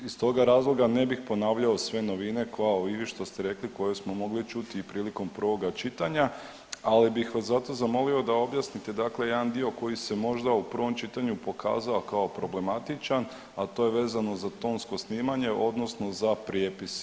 Iz toga razloga ne bih ponavljao sve novine kao i vi što ste rekli koje smo mogli čuti i prilikom prvoga čitanja, ali bih vas zato zamolio da objasnite dakle jedan dio koji se možda u prvom čitanju pokazao kao problematičan, a to je vezano za tonsko snimanje odnosno za prijepis.